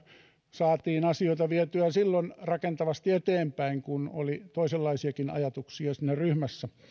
saatiin asioita vietyä silloin rakentavasti eteenpäin kun oli toisenlaisiakin ajatuksia siinä ryhmässä